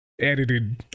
Edited